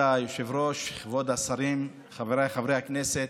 כבוד היושב-ראש, כבוד השרים, חבריי חברי הכנסת,